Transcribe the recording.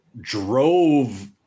drove